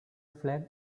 flag